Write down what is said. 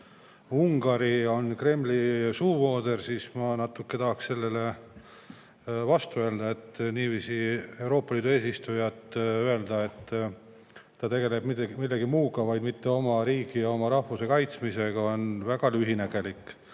Ungari on Kremli suuvooder, siis ma natuke tahaksin sellele vastu öelda. Niiviisi Euroopa Liidu eesistuja kohta öelda, et ta tegeleb millegi muu kui oma riigi ja oma rahvuse kaitsmisega, on väga lühinägelik.